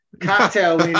cocktail